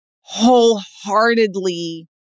wholeheartedly